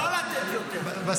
-- זה לא לתת יותר, שיהיה אפשר לחיות.